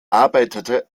arbeitete